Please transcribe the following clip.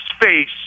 face